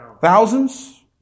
Thousands